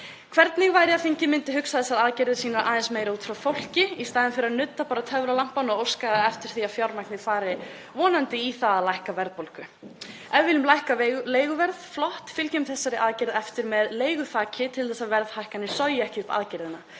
Hvernig væri að Alþingi myndi hugsa þessar aðgerðir sínar aðeins meira út frá fólki í staðinn fyrir að nudda bara töfralampann og óska þess að fjármagnið fari vonandi í það að lækka verðbólgu? Ef við viljum lækka leiguverð, flott, fylgjum þessari aðgerð eftir með leiguþaki til þess að verðhækkanir sogi ekki upp aðgerðina.